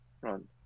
run